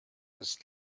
was